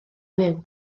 myw